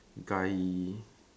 guy